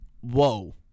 Whoa